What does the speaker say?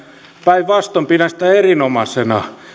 päinvastoin pidän sitä erinomaisena